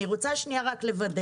אני רוצה רק לבדל.